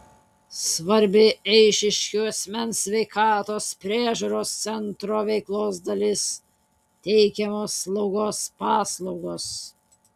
svarbi eišiškių asmens sveikatos priežiūros centro veiklos dalis teikiamos slaugos paslaugos